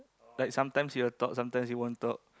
like sometimes he will talk sometimes he won't talk